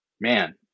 man